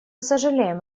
сожалеем